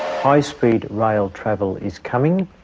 high speed rail travel is coming,